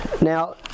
now